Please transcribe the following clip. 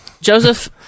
joseph